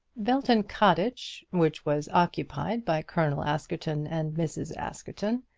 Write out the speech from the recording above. belton cottage, which was occupied by colonel askerton and mrs. askerton,